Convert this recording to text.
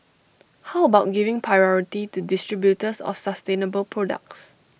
how about giving priority to distributors of sustainable products